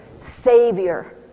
Savior